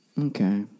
Okay